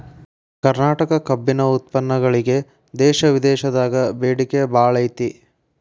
ಕರ್ನಾಟಕ ಕಬ್ಬಿನ ಉತ್ಪನ್ನಗಳಿಗೆ ದೇಶ ವಿದೇಶದಾಗ ಬೇಡಿಕೆ ಬಾಳೈತಿ